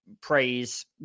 praise